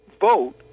vote